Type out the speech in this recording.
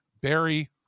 Barry